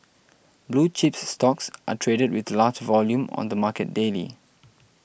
blue chips stocks are traded with large volume on the market daily